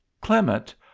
Clement